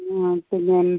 ആ പിന്നെ